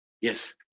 yes